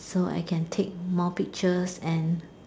so I can take more pictures and